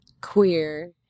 queer